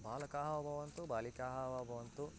बालकाः वा भवन्तु बालिकाः वा भवन्तु